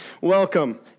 Welcome